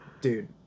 dude